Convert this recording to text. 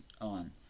on